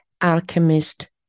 alchemist